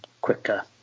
quicker